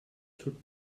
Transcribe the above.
tut